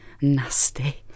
nasty